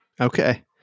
Okay